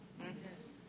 Yes